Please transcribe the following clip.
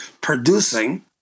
producing